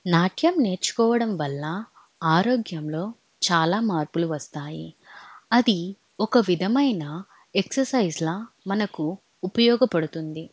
నాట్యం నేర్చుకోవడం వల్ల ఆరోగ్యంలో చాలా మార్పులు వస్తాయి అది ఒక విధమైన ఎక్ససైజ్ల మనకు ఉపయోగపడుతుంది